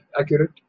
accurate